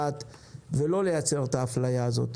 אלה בעיות שצריך לתת עליהן את הדעת ולא לייצר את האפליה הזאת.